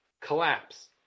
collapse